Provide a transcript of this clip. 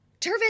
Tervis